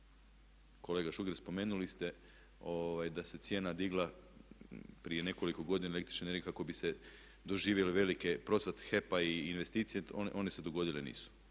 Kolega Šuker, spomenuli ste da se cijena digla prije nekoliko godina električne energije kako bi se doživjelo veliki procvat HEP-a i investicije, one se dogodile nisu.